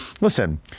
listen